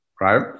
right